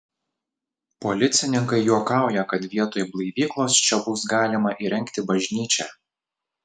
policininkai juokauja kad vietoj blaivyklos čia bus galima įrengti bažnyčią